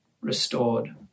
restored